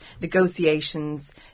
negotiations